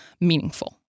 meaningful